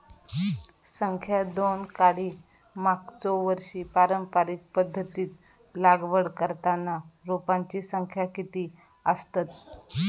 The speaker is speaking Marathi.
संख्या दोन काडी मागचो वर्षी पारंपरिक पध्दतीत लागवड करताना रोपांची संख्या किती आसतत?